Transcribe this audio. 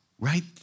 right